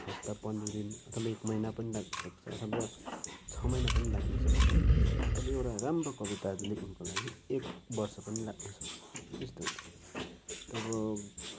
हप्ता पन्द्र दिन अथवा एक महिना पनि लाग्नुसक्छ अथवा छ महिना पनि लाग्नुसक्छ अथवा एउटा राम्रो कविता लेख्नुको लागि एक वर्ष पनि लाग्नुसक्छ त्यस्तो हुन्छ तब